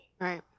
right